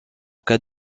cas